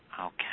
Okay